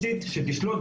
גם בשער יפו,